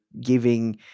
giving